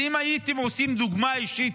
אם הייתם נותנים דוגמה אישית,